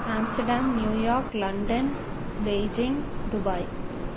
mustang New York London Beijing Dubai